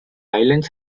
islands